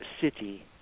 city